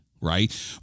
right